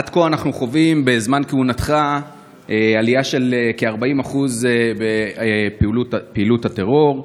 עד כה אנחנו חווים בזמן כהונתך עלייה של כ-40% בפעילות הטרור,